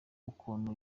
ukuntu